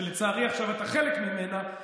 שלצערי עכשיו אתה חלק ממנה,